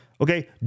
Okay